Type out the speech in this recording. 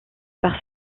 par